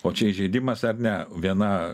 o čia įžeidimas ar ne viena